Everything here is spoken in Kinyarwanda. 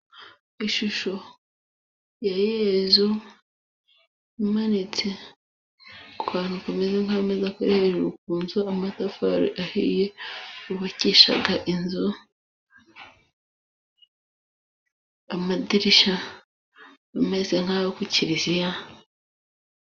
Ishusho ya Yezu imanitse ku kantu kameze nk'ameza kari hejuru ku nzu. Amatafari ahiye bubakisha inzu. Amadirishya ameze nk'ayo ku kiliziya.